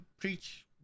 Preach